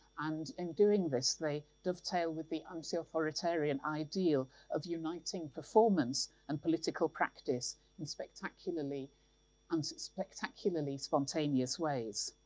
and in doing this, they dovetail with the anti-authoritarian ideal of uniting performance and political practice in spectacularly and spectacularly spontaneous ways.